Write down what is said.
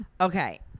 Okay